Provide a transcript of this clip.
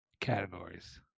categories